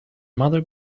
mother